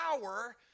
power